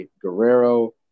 Guerrero